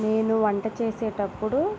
నేను వంటచేసేటప్పుడు